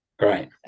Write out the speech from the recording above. right